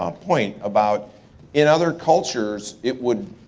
um point about in other cultures, it would,